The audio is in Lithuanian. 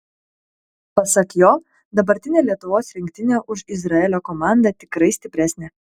pasak jo dabartinė lietuvos rinktinė už izraelio komandą tikrai stipresnė